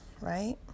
right